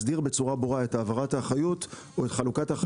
מסדיר בצורה ברורה את העברת האחריות או חלוקת האחריות.